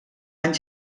any